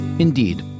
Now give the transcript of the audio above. Indeed